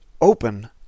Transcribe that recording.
open